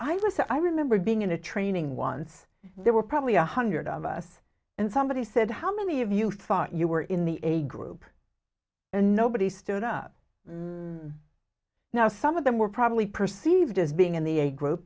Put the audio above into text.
just i remember being in a training once there were probably a hundred of us and somebody said how many of you thought you were in the a group and nobody stood up now some of them were probably perceived as being in the a group